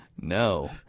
No